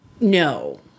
no